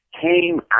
came